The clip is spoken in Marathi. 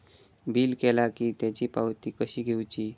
बिल केला की त्याची पावती कशी घेऊची?